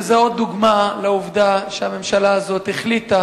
זה עוד דוגמה לעובדה שהממשלה הזאת החליטה